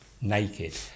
naked